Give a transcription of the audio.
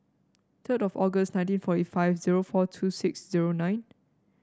third of August nineteen forty five zero four two six zero nine